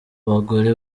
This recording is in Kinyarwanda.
bagore